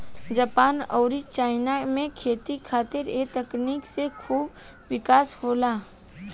Japan अउरी China में खेती खातिर ए तकनीक से खूब विकास होला